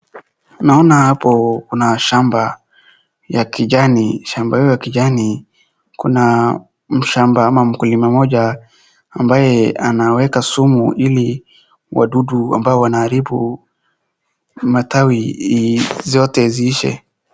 Naona hapo kuna shamba ya kijani. Shamba hiyo ya kijani kuna mshamba ama mkulima mmoja ambaye anaweka sumu ili wadudu ambao wanaharibu matawi zote ziishe.